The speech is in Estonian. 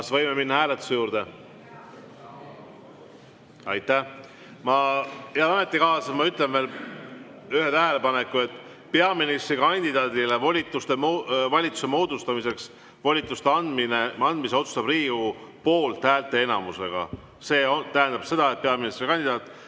Kas võime minna hääletuse juurde? Aitäh! Head ametikaaslased, ma ütlen veel ühe tähelepaneku: peaministrikandidaadile valitsuse moodustamiseks volituste andmise otsustab Riigikogu poolthäälte enamusega. See tähendab seda, et peaministrikandidaat